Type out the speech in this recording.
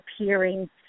appearing